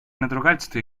надругательства